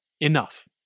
Enough